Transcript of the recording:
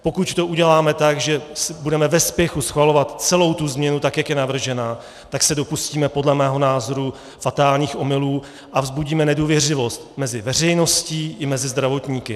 Pokud to uděláme tak, že budeme ve spěchu schvalovat celou tu změnu tak, jak je navržena, tak se dopustíme podle mého názoru fatálních omylů a vzbudíme nedůvěřivost mezi veřejností i mezi zdravotníky.